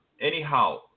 Anyhow